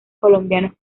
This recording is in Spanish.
colombianos